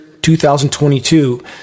2022